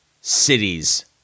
cities